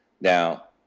Now